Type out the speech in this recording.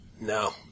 No